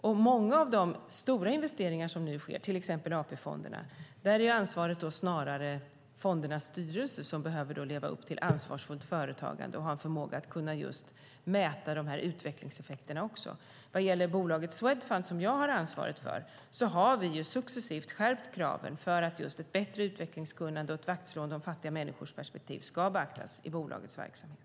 För många av de stora investeringar som nu sker, till exempel i AP-fonderna, ligger ansvaret snarare på fondernas styrelser, som behöver leva upp till ett ansvarsfullt företagande och ha en förmåga att mäta dessa utvecklingseffekter. Vad gäller bolaget Swedfund, som jag har ansvaret för, har vi successivt skärpt kraven för att ett bättre utvecklingskunnande och ett vaktslående om fattiga människors perspektiv ska beaktas i bolagets verksamhet.